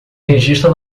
registra